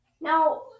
Now